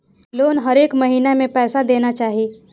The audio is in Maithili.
लोन हरेक महीना में पैसा देना चाहि?